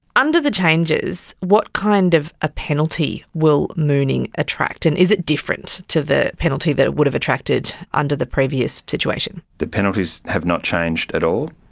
under the changes, what kind of a penalty will mooning attract, and is it different to the penalty that it would have attracted under the previous situation? the penalties have not changed at all,